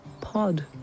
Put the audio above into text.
pod